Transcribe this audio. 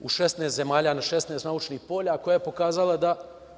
u 16 zemalja na 16 naučnih polja, koja je pokazala da